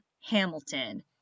Hamilton